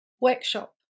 workshop